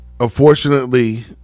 Unfortunately